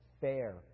fair